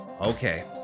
Okay